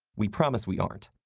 we promise we aren't.